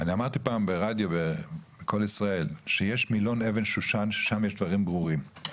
אמרתי פעם ברדיו ב"קול ישראל" שיש מילון אבן שושן ששם יש דברים ברורים.